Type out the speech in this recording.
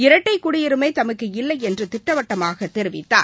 இரட்டை குடியுரிமை தமக்கு இல்லையென்று திட்டவட்டமாக தெரிவித்தார்